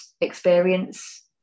experience